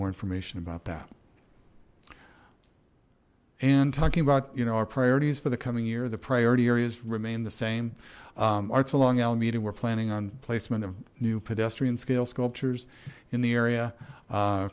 more information about that and talking about you know our priorities for the coming year the priority areas remain the same art's along alameda we're planning on placement of new pedestrian scale sculptures in the area